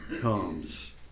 comes